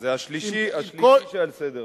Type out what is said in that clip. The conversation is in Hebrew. זה השלישי שעל סדר-היום.